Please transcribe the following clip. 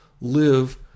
live